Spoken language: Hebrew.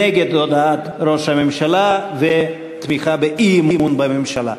נגד הודעת ראש הממשלה ותמיכה באי-אמון בממשלה.